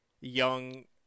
young